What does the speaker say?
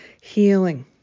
healing